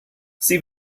sie